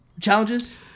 challenges